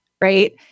Right